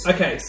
Okay